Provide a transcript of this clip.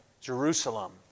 Jerusalem